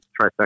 trifecta